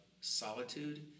solitude